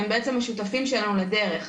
הם בעצם השותפים שלנו לדרך.